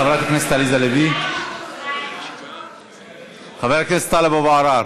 חברת הכנסת עליזה לביא, חבר הכנסת טלב אבו עראר,